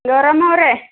ಗೌರಮ್ಮ ಅವರೇ